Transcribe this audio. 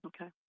Okay